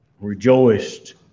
rejoiced